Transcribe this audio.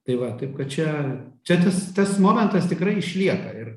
tai va taip kad čia čia tas tas momentas tikrai išlieka ir